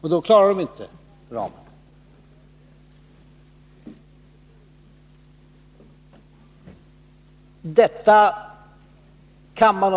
projekt, för då klarar man inte kostnadsramen.